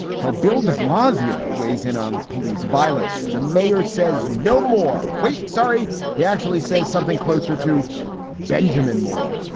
how bill de blasio weighs in on police violence the mayor says no more. wait, sorry. he actually says something closer to benjamin moore.